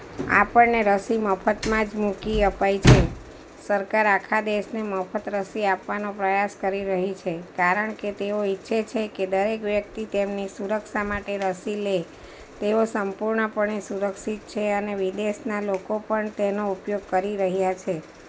આપણને રસી મફતમાં જ મૂકી અપાઈ છે સરકાર આખા દેશને મફત રસી આપવાનો પ્રયાસ કરી રહી છે કારણ કે તેઓ ઇચ્છે છે કે દરેક વ્યક્તિ તેમની સુરક્ષા માટે રસી લે તેઓ સંપૂર્ણપણે સુરક્ષિત છે અને વિદેશના લોકો પણ તેનો ઉપયોગ કરી રહ્યા છે